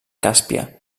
càspia